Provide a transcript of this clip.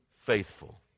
faithful